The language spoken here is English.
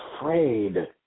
afraid